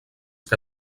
que